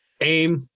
aim